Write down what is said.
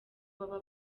baba